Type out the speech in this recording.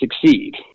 succeed